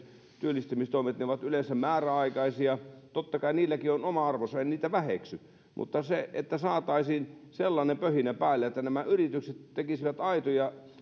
työllistymistoimet ovat yleensä määräaikaisia totta kai niilläkin on oma arvonsa en niitä väheksy mutta että saataisiin sellainen pöhinä päälle että nämä yritykset tekisivät aitoja